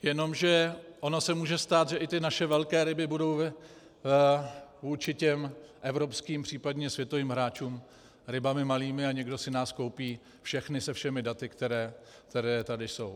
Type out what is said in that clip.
Jenomže ono se může stát, že i ty naše velké ryby budou vůči těm evropským, případně světovým hráčům rybami malými a někdo si nás koupí všechny se všemi daty, která tady jsou.